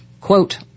Quote